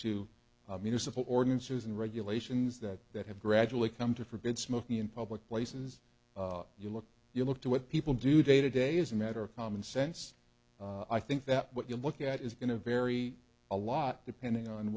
a municipal ordinances and regulations that that have gradually come to forbid smoking in public places you look you look to what people do day to day is a matter of common sense i think that what you look at is going to vary a lot depending on